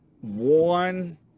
one